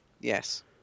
Yes